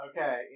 Okay